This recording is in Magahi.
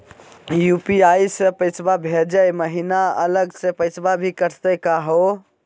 यू.पी.आई स पैसवा भेजै महिना अलग स पैसवा भी कटतही का हो?